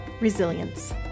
Resilience